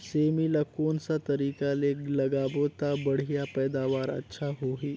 सेमी ला कोन सा तरीका ले लगाबो ता बढ़िया पैदावार अच्छा होही?